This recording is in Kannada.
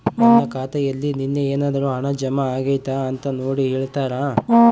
ನನ್ನ ಖಾತೆಯಲ್ಲಿ ನಿನ್ನೆ ಏನಾದರೂ ಹಣ ಜಮಾ ಆಗೈತಾ ಅಂತ ನೋಡಿ ಹೇಳ್ತೇರಾ?